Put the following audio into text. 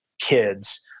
kids